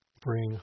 bring